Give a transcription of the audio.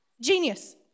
Genius